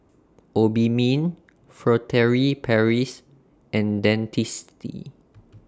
Obimin Furtere Paris and Dentiste